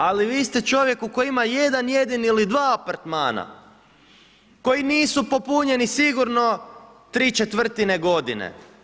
Ali vi ste čovjek koji ima jedan jedini ili dva apartmana koji nisu popunjeni sigurno tri četvrtine godine.